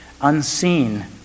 unseen